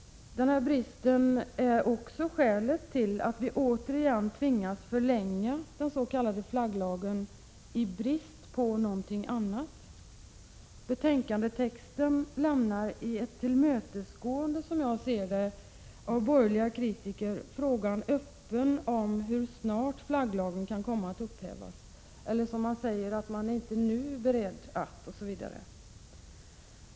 Denna brist är också skälet till att vi återigen tvingas förlänga den s.k. flagglagen i brist på annat. Betänkandetexten lämnar i ett tillmötesgående av borgerliga kritiker, som jag ser det, frågan öppen hur snart flagglagen kan komma att upphävas! Man säger att man ”inte nu är beredd att”, osv.